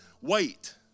wait